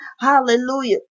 hallelujah